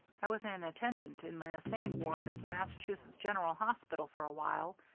i was an attendant in the insane ward of the massachusetts general hospital for a while,